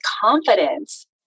confidence